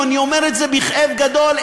אני אומר את זה בכאב גדול,